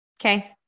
Okay